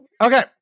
Okay